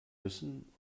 wissen